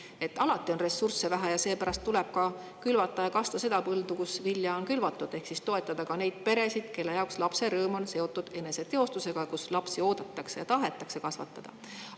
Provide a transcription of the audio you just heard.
Alati on ressursse vähe ja seepärast tuleb ka külvata ja kasta seda põldu, kuhu vilja on külvatud. Ehk [tuleb] toetada neid peresid, kelle jaoks lapse[saamise] rõõm on seotud eneseteostusega, kus lapsi oodatakse ja neid tahetakse kasvatada.